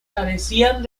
carecían